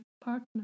partner